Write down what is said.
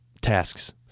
tasks